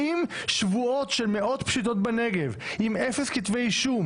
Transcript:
האם שבועות של מאות פשיטות בנגב עם אפס כתבי אישום